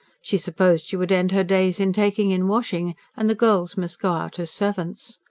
she supposed she would end her days in taking in washing, and the girls must go out as servants.